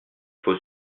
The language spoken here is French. faut